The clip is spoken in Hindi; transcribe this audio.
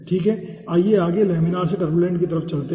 ठीक है आइए आगे लैमिनार से टुर्बुलेंट की ओर चलते हैं